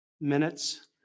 minutes